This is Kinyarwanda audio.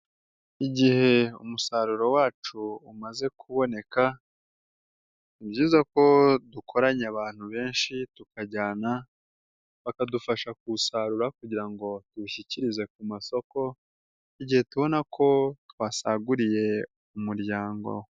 Igihe umusaruro wacu umaze kuboneka. ni byiza ko dukoranya abantu benshi tukajyana, bakadufasha kuwusarura kugira ngo tuwushyikirize ku masoko. Igihe tubona ko twasaguriye umuryango.